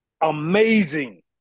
Amazing